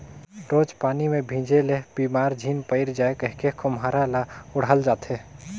रोज पानी मे भीजे ले बेमार झिन पइर जाए कहिके खोम्हरा ल ओढ़ल जाथे